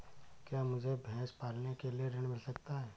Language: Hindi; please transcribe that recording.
क्या मुझे भैंस पालने के लिए ऋण मिल सकता है?